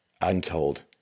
untold